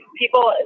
people